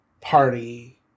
party